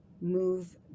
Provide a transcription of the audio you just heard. move